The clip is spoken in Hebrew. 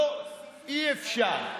לא, אי-אפשר.